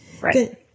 Right